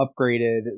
upgraded